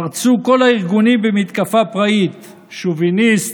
פרצו כל הארגונים במתקפה פראית: שוביניסט,